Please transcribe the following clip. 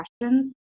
questions